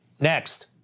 Next